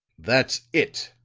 that's it,